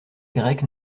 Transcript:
grecque